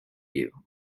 you